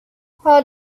har